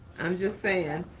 i'm just saying